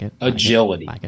agility